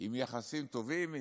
וביחסים טובים,